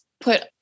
put